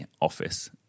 office